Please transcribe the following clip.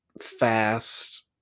fast